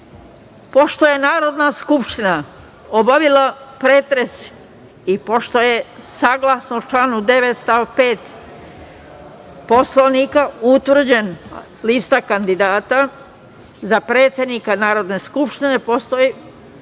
Dačić. Pošto je Narodna skupština obavila pretres i pošto je, saglasno članu 9. stav 5. Poslovnika, utvrđena lista kandidata za predsednika Narodne skupštine, podsećam